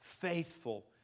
faithful